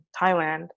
Thailand